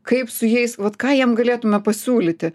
kaip su jais vat ką jiem galėtume pasiūlyti